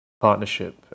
partnership